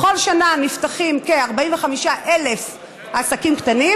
בכל שנה נפתחים כ-45,000 עסקים קטנים,